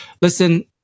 listen